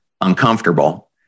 uncomfortable